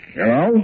Hello